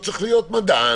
לא צריך להיות מדען,